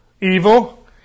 evil